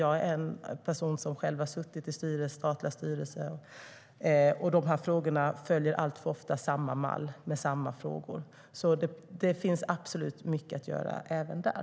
Jag har själv suttit i statliga styrelser, och alltför ofta följer man samma mall med samma frågor. Det finns absolut mycket att göra även där.